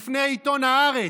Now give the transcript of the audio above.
בפני עיתון הארץ.